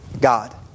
God